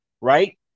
right